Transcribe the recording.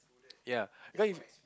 ya but if